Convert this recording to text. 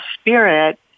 spirit